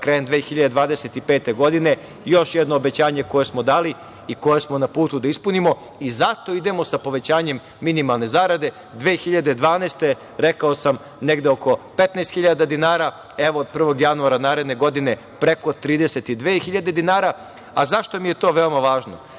evra krajem 2025. godine. To je još jedno obećanje koje smo dali i kojem smo na putu da ispunimo. Zato idemo sa povećanjem minimalne zarade. Godine 2012, rekao sam, negde oko 15 hiljada dinara, evo od 1. januara naredne godine preko 32 hiljade dinara.Zašto mi je to veoma važno?